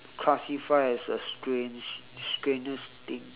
classify as a strange strangest thing